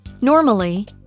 Normally